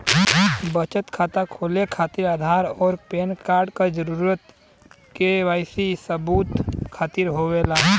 बचत खाता खोले खातिर आधार और पैनकार्ड क जरूरत के वाइ सी सबूत खातिर होवेला